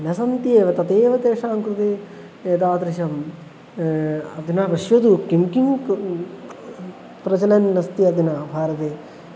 न सन्ति एव तदेव तेषां कृते एतादृशम् अधुना पश्यतु किं किं प्रचलन् अस्ति अधुना भारते भवान्